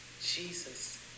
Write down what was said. Jesus